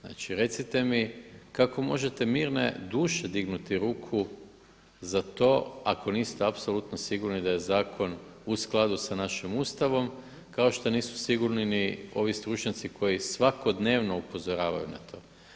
Znači recite mi kako možete mirne duše dignuti ruku za to ako niste apsolutno sigurni da je zakon u skladu sa našim Ustavom kao što nisu sigurni ni ovi stručnjaci koji svakodnevno upozoravaju na to.